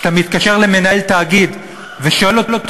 כשאתה מתקשר למנהל תאגיד ושואל אותו: